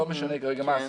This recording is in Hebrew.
לא משנה כרגע מה,